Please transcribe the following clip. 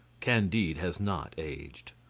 candide has not aged.